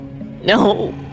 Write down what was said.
No